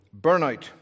burnout